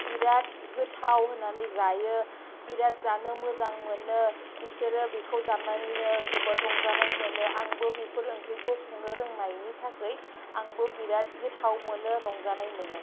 बिराथ गोथाव होननानै जायो बिराथ जानो मोजां मोनो बिसोरो बिखौ जानानैनो जोबोद रंजानाय मोनो आंबो बेफोर ओंख्रिखौ संनो रोंनायनि थाखै आंबो बिराथ गोथाव मोनो रंजानाय मोनो